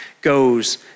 goes